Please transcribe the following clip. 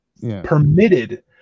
permitted